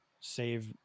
save